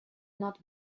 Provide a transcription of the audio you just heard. not